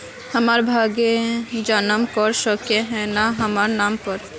हमर भैया जाके पैसा जमा कर सके है न हमर नाम पर?